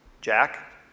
Jack